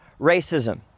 racism